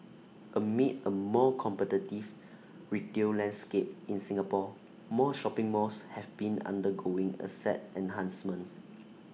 amid A more competitive retail landscape in Singapore more shopping malls have been undergoing asset enhancements